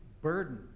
burden